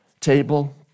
table